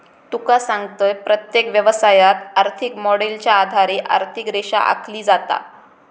तुका सांगतंय, प्रत्येक व्यवसायात, आर्थिक मॉडेलच्या आधारे आर्थिक रेषा आखली जाता